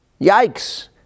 Yikes